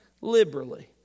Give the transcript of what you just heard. liberally